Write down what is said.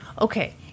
okay